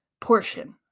portion